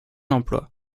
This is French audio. emploi